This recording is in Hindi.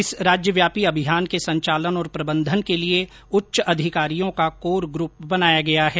इस राज्यव्यापी अभियान के संचालन और प्रबंधन के लिए उच्च अधिकारियों का कोर ग्रुप बनाया गया है